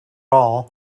all